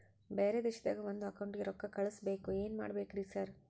ಬ್ಯಾರೆ ದೇಶದಾಗ ಒಂದ್ ಅಕೌಂಟ್ ಗೆ ರೊಕ್ಕಾ ಕಳ್ಸ್ ಬೇಕು ಏನ್ ಮಾಡ್ಬೇಕ್ರಿ ಸರ್?